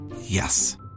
Yes